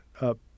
up